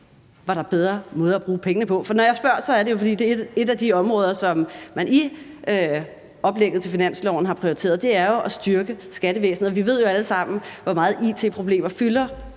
der var bedre måder at bruge pengene på? For når jeg spørger, er det jo, fordi et af de områder, som man i oplægget til finansloven har prioriteret, jo er at styrke skattevæsenet, og vi ved jo alle sammen, hvor meget it-problemer fylder